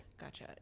Gotcha